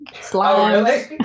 Slime